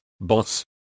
boss